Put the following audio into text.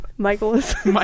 Michaelis